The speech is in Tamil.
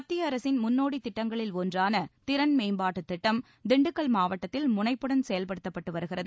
மத்திய அரசின் முன்னோடி திட்டங்களில் ஒன்றான திறன் மேம்பாட்டுத் திட்டம் திண்டுக்கல் மாவட்டத்தில் முனைப்புடன் செயல்படுத்தப்பட்டு வருகிறது